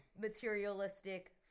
materialistic